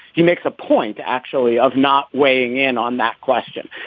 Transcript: he makes a point, actually, of not weighing in on that question.